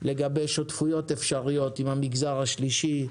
לגבי שותפויות אפשריות עם המגזר השלישי,